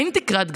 אין תקרה,